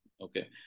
Okay